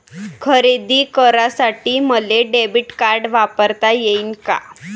खरेदी करासाठी मले डेबिट कार्ड वापरता येईन का?